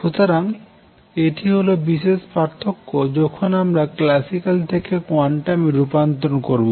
সুতরাং এটি হলো বিশেষ পার্থক্য যখন আমরা ক্লাসিক্যাল থেকে কোয়ান্টামে রূপান্তর করব